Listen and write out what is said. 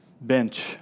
bench